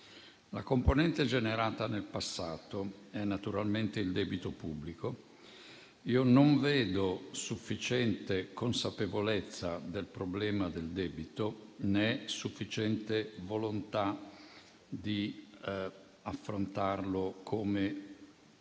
La componente generata nel passato è naturalmente il debito pubblico. Io non vedo sufficiente consapevolezza del problema del debito, né sufficiente volontà di affrontarlo, come